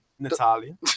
Natalia